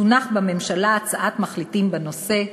תונח בממשלה הצעת מחליטים בנושא.